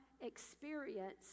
experience